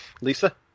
Lisa